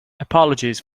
apologies